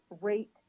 rate